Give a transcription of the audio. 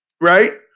right